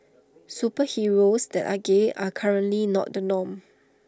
superheroes that are gay are currently not the norm